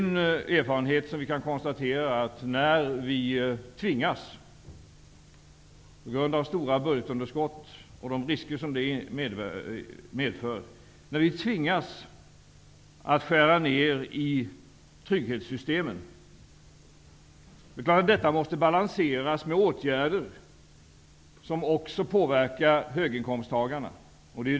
När vi, på grund av stora budgetunderskott och de risker det innebär, tvingas skära i trygghetssystemen, måste det balanseras med åtgärder som påverkar också höginkomsttagarna.